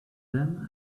them